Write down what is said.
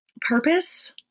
purpose